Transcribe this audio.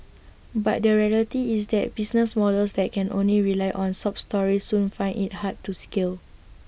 but the reality is that business models that can only rely on sob stories soon find IT hard to scale